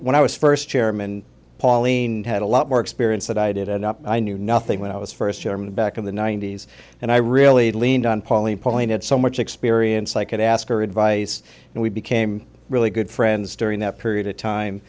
when i was first chairman pauline had a lot more experience that i did end up i knew nothing when i was first chairman back in the ninety's and i really leaned on pauline pointed so much experience i could ask her advice and we became really good friends during that period of time